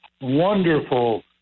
wonderful